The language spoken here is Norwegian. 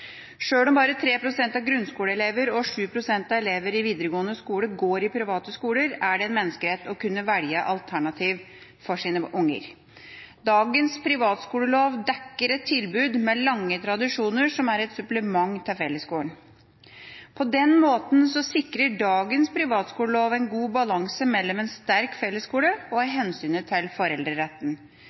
Sjøl om bare 3 pst. av grunnskoleelevene og 7 pst. av elevene i videregående skole går i private skoler, er det en menneskerett å kunne velge alternativer for sine unger. Dagens privatskolelov dekker et tilbud med lange tradisjoner som er et supplement til fellesskolen. På den måten sikrer dagens privatskolelov en god balanse mellom en sterk fellesskole og hensynet til foreldreretten.